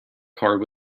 card